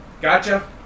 Gotcha